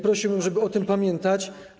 Prosiłbym, żeby o tym pamiętać.